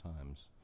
times